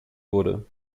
wurde